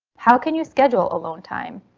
how can you schedule along time?